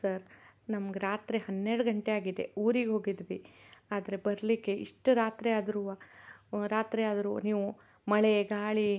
sir ನಮ್ಗೆ ರಾತ್ರಿ ಹನ್ನೆರಡು ಗಂಟೆ ಆಗಿದೆ ಊರಿಗೆ ಹೋಗಿದ್ವಿ ಆದರೆ ಬರಲಿಕ್ಕೆ ಇಷ್ಟು ರಾತ್ರಿ ಆದ್ರೂ ರಾತ್ರಿ ಆದರೂ ನೀವು ಮಳೆ ಗಾಳಿ